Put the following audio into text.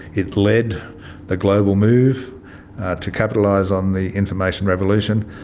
it led the global move to capitalise on the information revolution,